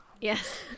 Yes